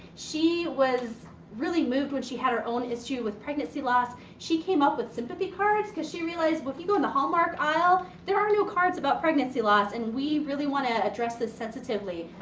she was really moved when she had her own issue with pregnancy loss. she came up with sympathy cards cause she realized but if you go in the hallmark aisle, there are no cards about pregnancy loss, and we really wanna address this sensitively.